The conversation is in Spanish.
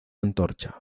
antorcha